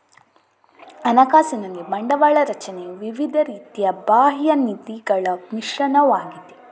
ಹಣಕಾಸಿನಲ್ಲಿ ಬಂಡವಾಳ ರಚನೆಯು ವಿವಿಧ ರೀತಿಯ ಬಾಹ್ಯ ನಿಧಿಗಳ ಮಿಶ್ರಣವಾಗಿದೆ